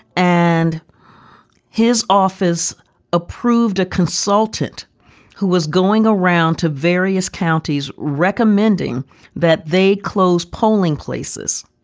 and his office approved a consultant who was going around to various counties recommending that they close polling places